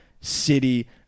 city